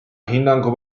hinnangu